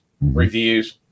reviews